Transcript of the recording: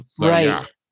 Right